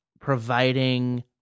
providing